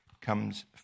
comes